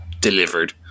delivered